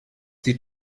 die